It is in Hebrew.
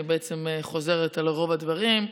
אני בעצם חוזרת על רוב הדברים.